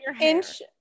inch